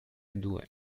due